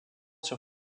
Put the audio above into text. sur